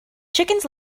chickens